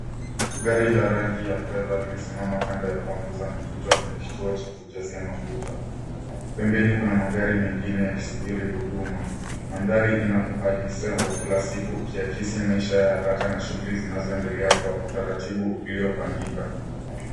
Gari la rangi ya fedha limesimama kando ya pump za mafuta kwenye kituo cha kujazia mafuta. Pembeni kuna magari mengine ya kisubiri huduma mandhari ina uhalisi wa kila siku ikiakisi maisha ya haraka na shughuli zinazo endelea kwa utaratibu ulio pangika.